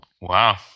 Wow